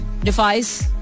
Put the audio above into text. defies